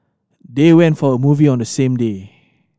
they went for a movie on the same day